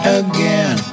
again